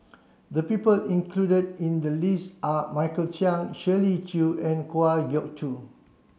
the people included in the list are Michael Chiang Shirley Chew and Kwa Geok Choo